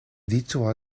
dicho